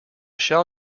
shall